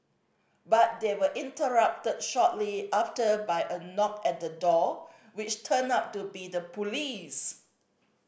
but they were interrupted shortly after by a knock at the door which turned out to be the police